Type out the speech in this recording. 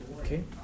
Okay